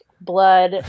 Blood